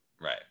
right